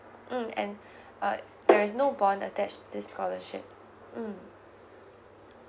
mm and uh there is no bond attached this scholarship mm